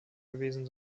gewesen